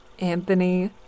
Anthony